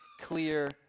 clear